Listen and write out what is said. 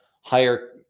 higher